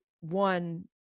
one